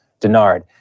Denard